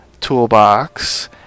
toolbox